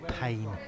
pain